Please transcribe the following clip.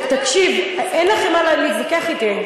תקשיב, אין לכם מה להתווכח אתי.